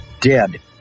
dead